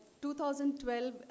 2012